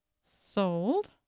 Sold